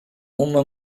uma